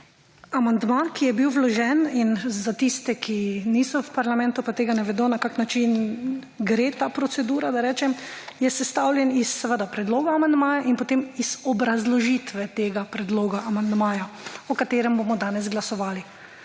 Amandma, ki je bil vložen in za tiste, ki niso v parlamentu, pa tega ne vedo na kakšen način gre ta procedura, da rečem, je sestavljen iz predloga amandmaja in potem iz obrazložitve tega predloga amandmaja o katerem bomo danes glasovali.